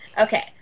Okay